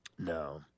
No